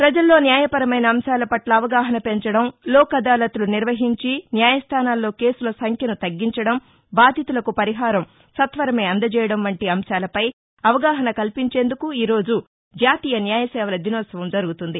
ప్రపజల్లో న్యాయపరమైన అంశాల పట్ల అవగాహన పెంచడం లోక్ అదాలత్లు నిర్వహించి న్యాయస్థానాల్లో కేసుల సంఖ్యను తగ్గించడం బాధితులకు పరిహారం సత్వరమే అందజేయడం వంటి అంశాలపై అవగాహన కల్పించేందుకు ఈరోజు జాతీయ న్యాయసేవల దినోత్సవం జరుగుతుంది